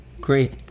Great